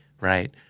right